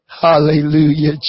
Hallelujah